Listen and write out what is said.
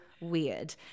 weird